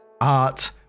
art